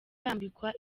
bambikwa